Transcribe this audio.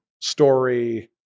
story